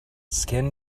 skin